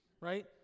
right